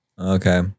Okay